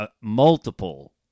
multiple